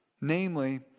namely